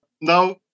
Now